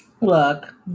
Look